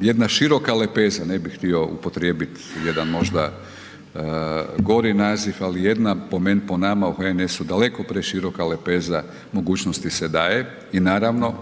jedna široka lepeza, ne bih htio upotrijebit jedan možda gori naziv ali jedna po nama u HNS-u, dakle preširoka lepeza mogućnosti se daje i naravno